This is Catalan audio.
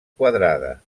quadrada